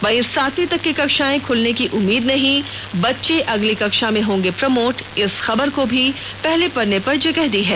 वहीं सातवीं तक की कक्षाएं खुलने की उम्मीद नहीं बच्चे अगली कक्षों में होंगे प्रमोट इस खबर को भी पहले पन्ने पर जगह दी है